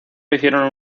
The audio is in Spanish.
hicieron